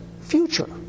future